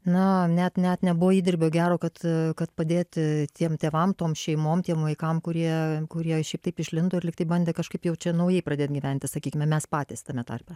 na net net nebuvo įdirbio gero kad kad padėti tiem tėvam tom šeimom tiem vaikam kurie kurie šiaip taip išlindo ir lyg tai bandė kažkaip jau čia naujai pradėt gyventi sakykime mes patys tame tarpe